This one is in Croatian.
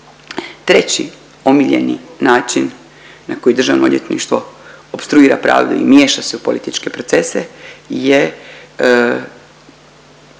Treći omiljeni način na koji državno odvjetništvo opstruira pravdu i miješa se u političke procese je